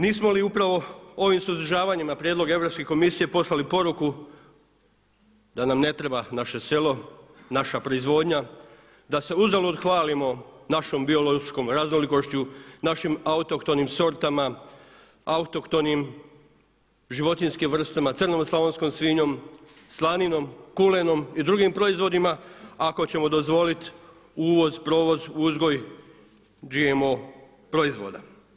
Nismo li upravo ovim suzdržavanjima na prijedlog Europske komisije poslali poruku da nam ne treba naše selo, naša proizvodnja, da se uzalud hvalimo našom biološkom raznolikošću, našim autohtonim sortama, autohtonim životinjskim vrstama, crnom slavonskom svinjom, slaninom, kulenom i drugim proizvodima ako ćemo dozvolit uvoz, provoz, uzgoj GMO proizvoda.